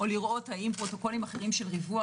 או לראות האם פרוטוקולים אחרים של ריווח